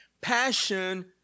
Passion